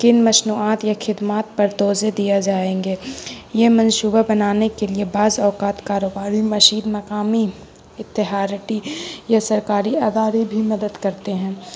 کن مصنوعات یا خدمات پر توجہ دیا جائیں گے یہ منصوبہ بنانے کے لیے بعض اوقات کاروباری مشین مقامی اتہارٹی یا سرکاری ادارے بھی مدد کرتے ہیں